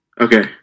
Okay